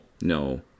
no